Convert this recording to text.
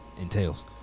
entails